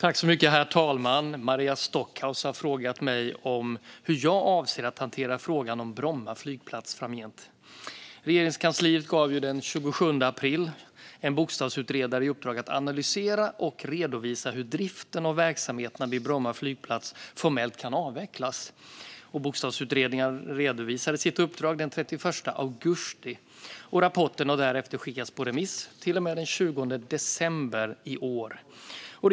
Herr talman! Maria Stockhaus har frågat mig hur jag avser att hantera frågan om Bromma flygplats framgent. Regeringskansliet gav den 27 april 2021 en bokstavsutredare i uppdrag att analysera och redovisa hur driften och verksamheterna vid Bromma flygplats formellt kan avvecklas. Bokstavsutredaren redovisade sitt uppdrag den 31 augusti 2021. Rapporten har därefter skickats på remiss till och med den 20 december 2021.